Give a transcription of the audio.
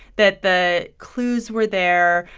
that the clues were there,